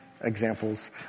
examples